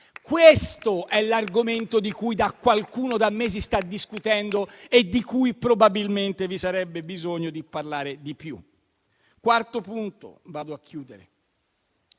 Questo è l'argomento di cui qualcuno da mesi sta discutendo e di cui probabilmente vi sarebbe bisogno di parlare di più.